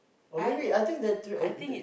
or maybe I think the